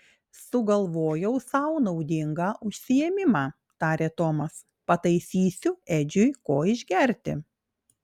sugalvojau sau naudingą užsiėmimą tarė tomas pataisysiu edžiui ko išgerti